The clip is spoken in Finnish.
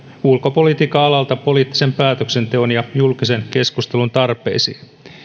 ulkopolitiikan alalta poliittisen päätöksenteon ja julkisen keskustelun tarpeisiin